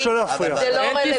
זה לא רלוונטי.